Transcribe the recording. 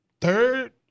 third